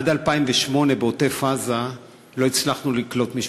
עד 2008 בעוטף-עזה לא הצלחנו לקלוט משפחות.